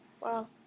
Wow